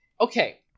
Okay